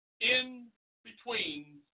in-between